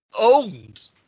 owned